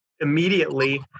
immediately